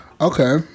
Okay